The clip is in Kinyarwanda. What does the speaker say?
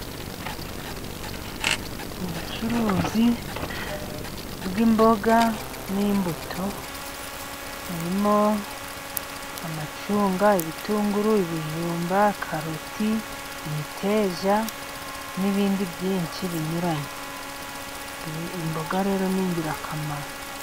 Ubucuruzi bw'imboga n'imbuto harimo: amacunga, ibitunguru, ibijumba, karoti, imiteja, n'ibindi byinshi binyuranye. Imboga rero ni ingirakamaro.